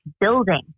building